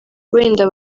wenda